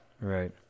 Right